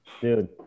Dude